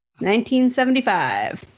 1975